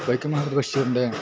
വൈക്കം മുഹമ്മദ് ബഷീറിൻ്റെ